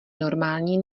normální